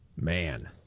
Man